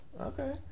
Okay